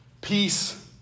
peace